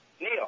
Neil